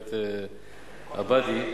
הגברת עבדי,